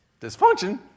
dysfunction